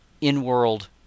in-world –